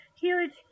huge